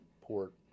port